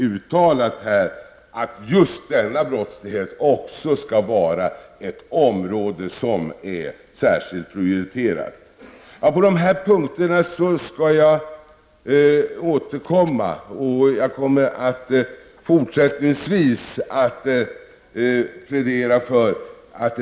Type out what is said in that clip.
Över huvud taget är den brottslighet som förekommit under senare tid med invandrarfientlig bakgrund utomordentligt allvarlig. 3.